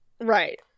Right